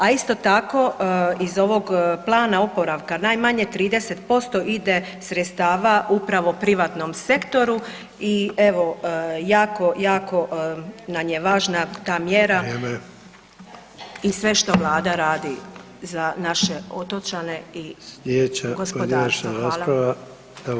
A isto tako iz ovog plana oporavka, najmanje 30% ide sredstava upravo privatnom sektoru i evo jako, jako nam je važna ta mjera i sve što Vlada radi za naše otočane i gospodarstvo.